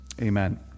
Amen